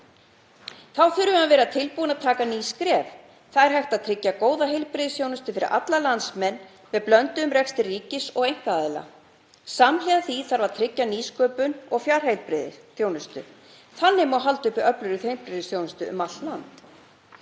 Þá þurfum við að vera tilbúin að taka ný skref í heilbrigðiskerfinu. Það er hægt að tryggja góða heilbrigðisþjónustu fyrir alla landsmenn með blönduðum rekstri ríkis og einkaaðila. Samhliða því þarf að tryggja nýsköpun og fjarheilbrigðisþjónustu. Þannig má halda uppi öflugri heilbrigðisþjónustu um allt land.